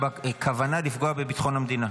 כוונה לפגוע בביטחון המדינה.